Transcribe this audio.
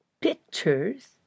pictures